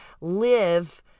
live